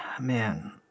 man